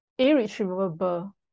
Irretrievable